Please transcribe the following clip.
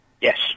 Yes